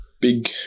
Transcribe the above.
big